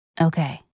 Okay